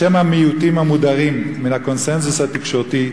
בשם המיעוטים המודרים מן הקונסנזוס התקשורתי,